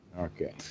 Okay